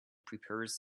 prepares